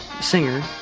singer